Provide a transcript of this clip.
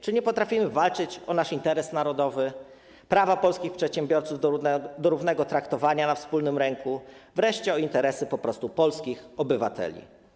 Czy nie potrafimy walczyć o nasz interes narodowy, o prawa polskich przedsiębiorców do równego traktowania na wspólnym rynku, wreszcie po prostu o interesy polskich obywateli?